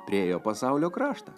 priėjo pasaulio kraštą